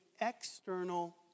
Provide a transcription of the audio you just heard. external